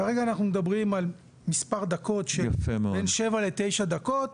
כרגע אנחנו מדברים על מספר דקות של בין 7 ל-9 דקות